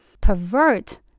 pervert